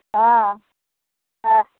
हँ हँ हँ